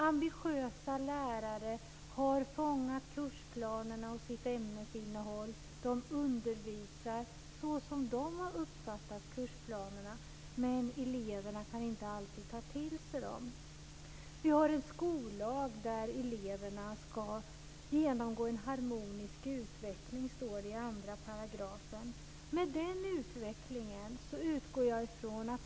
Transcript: Ambitiösa lärare har fångat kursplanerna och sitt ämnesinnehåll. De undervisar såsom de har uppfattat kursplanerna, men eleverna kan inte alltid ta till sig kunskaperna. Vi har en skollag där det i 2 § står att eleverna ska genomgå en harmonisk utveckling.